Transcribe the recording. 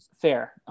Fair